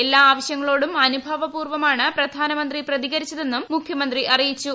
എല്ലാ ആവശ്യങ്ങളോടും അനുഭാവപൂർവ്വമായാണ് പ്രധാനമന്ത്രി പ്രതികരിച്ചതെന്നും മുഖ്യമന്ത്രി അറിയിച്ചു